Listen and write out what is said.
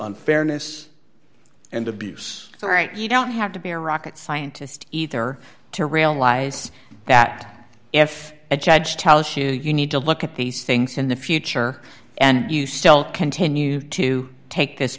unfairness and abuse all right you don't have to be a rocket scientist either to realize that if a judge tells you you need to look at these things in the future and you still continue to take this